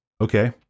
Okay